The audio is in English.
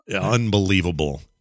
unbelievable